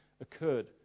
occurred